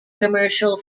commercial